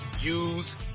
use